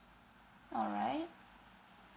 alright